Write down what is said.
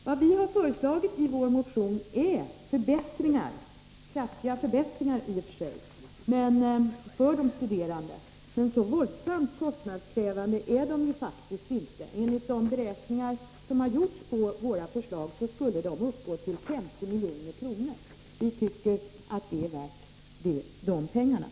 Vad vi har föreslagit i vår motion är i och för sig kraftiga förbättringar för de studerande, men så våldsamt kostnadskrävande är de faktiskt inte. Enligt de beräkningar som har gjorts av våra förslag skulle de uppgå till 50 milj.kr. Vi tycker att dessa förslag är värda dessa pengar.